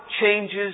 changes